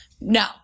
no